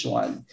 one